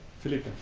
felipe.